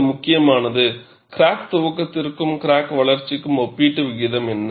இது முக்கியமானது கிராக் துவக்கத்திற்கும் கிராக் வளர்ச்சிக்கும் ஒப்பீட்டு விகிதம் என்ன